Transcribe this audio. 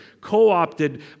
co-opted